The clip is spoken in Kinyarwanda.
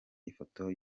ifoto